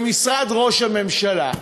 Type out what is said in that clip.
במשרד ראש הממשלה.